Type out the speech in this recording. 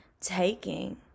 taking